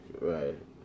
right